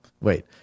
wait